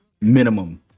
minimum